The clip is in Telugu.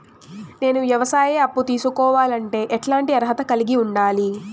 నేను వ్యవసాయ అప్పు తీసుకోవాలంటే ఎట్లాంటి అర్హత కలిగి ఉండాలి?